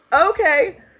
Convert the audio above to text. Okay